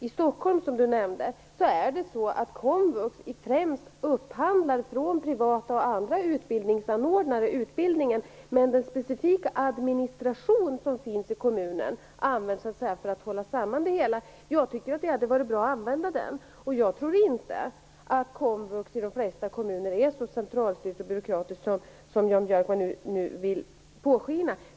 I Stockholm, som han nämnde, upphandlar komvux utbildningen främst från privata och andra utbildningsanordnare, men den specifika administration som finns i kommunen används för att så att säga hålla samman det hela. Jag tycker att det hade varit bra att använda den. Jag tror inte att komvux i de flesta kommuner är så centralstyrt och byråkratiskt som Jan Björkman nu vill låta påskina.